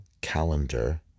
calendar